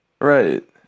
Right